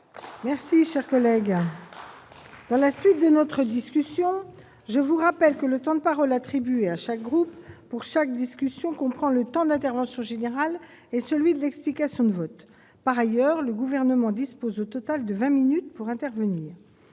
Mes chers collègues, je vous rappelle que le temps de parole attribué à chaque groupe pour chaque discussion comprend le temps d'intervention générale et celui de l'explication de vote. Par ailleurs, le Gouvernement dispose au total de vingt minutes pour intervenir.